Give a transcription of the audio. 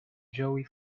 joey